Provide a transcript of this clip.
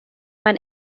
mein